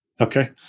Okay